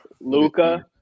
Luca